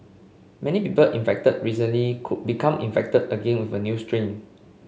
many people infected recently could become infected again with a new strain